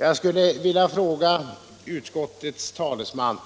Jag skulle i det sammanhanget vilja fråga utskottets talesman